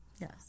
Yes